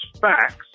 facts